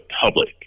public